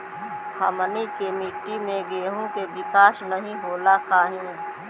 हमनी के मिट्टी में गेहूँ के विकास नहीं होला काहे?